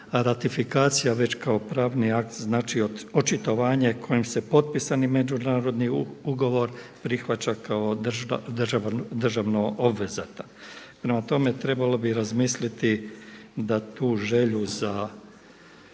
Ratifikacija već kao pravni akt znači očitovanje kojim se potpisani međunarodni ugovor prihvaća kao državno obvezatan. Prema tome, trebalo bi razmisliti da tu želju za